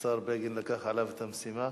השר בגין לקח עליו את המשימה.